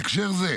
בהקשר זה,